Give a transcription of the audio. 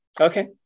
Okay